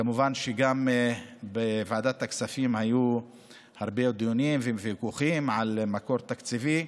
כמובן שגם בוועדת הכספים היו הרבה דיונים וויכוחים על המקור התקציבי,